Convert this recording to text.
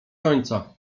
końca